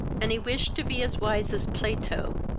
and he wished to be as wise as plato,